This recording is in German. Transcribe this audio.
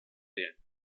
wählen